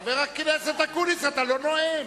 חבר הכנסת אקוניס, אתה לא נואם.